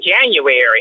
January